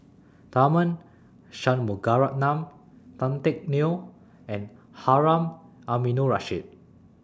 Tharman Shanmugaratnam Tan Teck Neo and Harun Aminurrashid